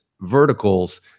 verticals